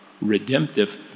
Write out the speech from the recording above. redemptive